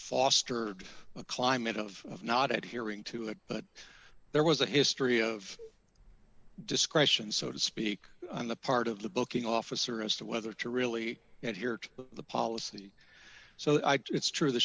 fostered a climate of not adhering to it but there was a history of discretion so to speak on the part of the booking officer as to whether to really and here to the policy so it's true the